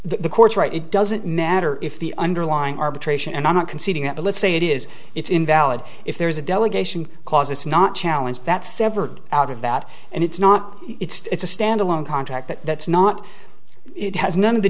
the court's right it doesn't matter if the underlying arbitration and i'm not conceding that but let's say it is it's invalid if there is a delegation clause it's not challenge that severed out of that and it's not it's a stand alone contract that not it has none of the